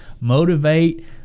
motivate